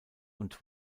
und